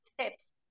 tips